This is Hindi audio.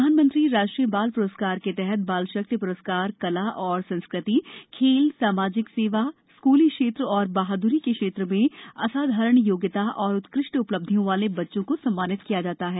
प्रधानमंत्री राष्ट्रीय बाल प्रस्कार के तहत बाल शक्ति प्रस्कार कला और संस्कृतिए खेलए समाजिक सेवाए स्कूली क्षेत्र और बहाद्री के क्षेत्र में असाधारण योग्यता और उत्कृष्ट उपलब्धियों वाले बच्चों को सम्मानित किया जाता है